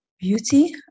Beauty